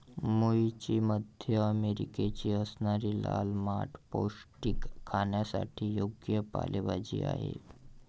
मूळची मध्य अमेरिकेची असणारी लाल माठ पौष्टिक, खाण्यासाठी योग्य पालेभाजी आहे